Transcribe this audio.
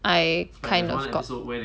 I kind of got